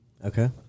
okay